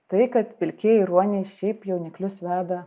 tai kad pilkieji ruoniai šiaip jauniklius veda